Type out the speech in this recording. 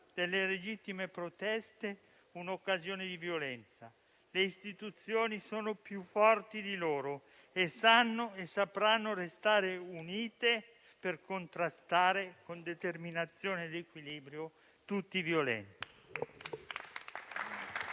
delle legittime proteste un'occasione di violenza: le istituzioni sono più forti di loro e sapranno restare unite per contrastare con determinazione ed equilibrio tutti violenti.